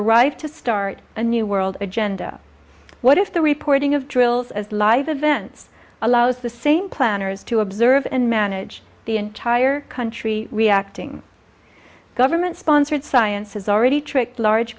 right to start a new world agenda what if the reporting of drills as live events allows the same planners to observe and manage the entire country reacting government sponsored science has already tricked large